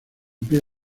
pie